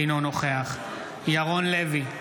אינו נוכח ירון לוי,